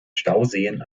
stauseen